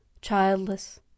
childless